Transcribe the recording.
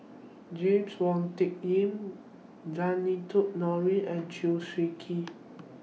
James Wong Tuck Yim Zainudin Nordin and Chew Swee Kee